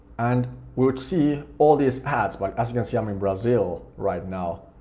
and we would see all these ads. like as you can see i'm in brazil right now,